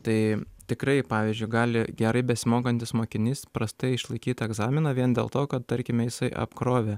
tai tikrai pavyzdžiu gali gerai besimokantis mokinys prastai išlaikyt egzaminą vien dėl to kad tarkime jisai apkrovė